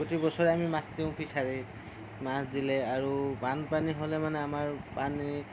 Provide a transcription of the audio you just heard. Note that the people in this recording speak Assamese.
প্ৰতি বছৰে আমি মাছ দিওঁ ফিচাৰিত মাছ দিলে আৰু বানপানী হ'লে মানে আমাৰ পানী